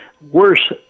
worse